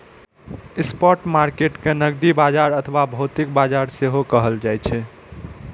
spot market कें नकदी बाजार अथवा भौतिक बाजार सेहो कहल जाइ छै